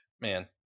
Man